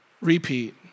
repeat